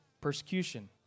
persecution